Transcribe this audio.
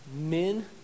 men